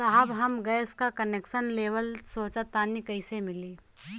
साहब हम गैस का कनेक्सन लेवल सोंचतानी कइसे मिली?